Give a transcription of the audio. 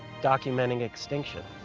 documenting extinction.